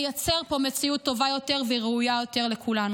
נייצר פה מציאות טובה יותר וראויה יותר לכולנו.